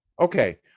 Okay